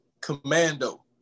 Commando